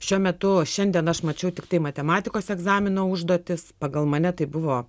šiuo metu šiandien aš mačiau tiktai matematikos egzamino užduotis pagal mane tai buvo